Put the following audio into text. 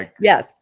Yes